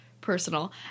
personal